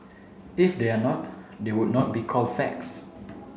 if they are not they would not be called facts